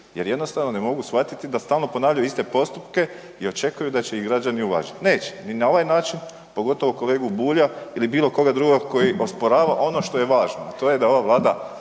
jer jednostavno ne mogu shvatiti da stalno ponavljaju iste postupke i očekuju da će ih građani uvažiti. Neće, ni na ovaj način, pogotovo kolegu Bulja ili bilo koga drugoga koji osporava ono što je važno, a to je da ova Vlada